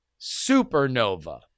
supernova